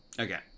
Okay